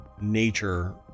nature